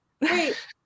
wait